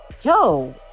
yo